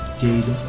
jade